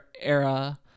era